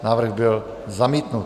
Návrh byl zamítnut.